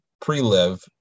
pre-live